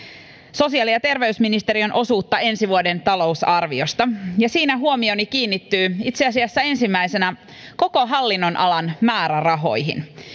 sosiaali ja terveysministeriön osuutta ensi vuoden talousarviosta ja siinä huomioni kiinnittyy itse asiassa ensimmäisenä koko hallinnonalan määrärahoihin